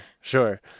sure